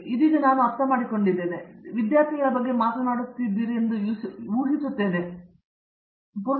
ಆದ್ದರಿಂದ ಇದೀಗ ನಾನು ಅರ್ಥಮಾಡಿಕೊಂಡಿದ್ದೇನೆ ನಾವು ವಿದ್ಯಾರ್ಥಿಗಳ ಬಗ್ಗೆ ಮಾತನಾಡುತ್ತಿದ್ದೇವೆ ಎಂದು ನಾನು ಊಹಿಸುತ್ತಿದ್ದೇನೆ ಏಕೆಂದರೆ ಅವರು ನಿಮಗೆ ಪೂರ್ಣವಾಗಿ ಸಹಕಾರಿಯಾಗುತ್ತಾರೆ